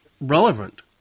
relevant